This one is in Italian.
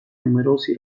numerosi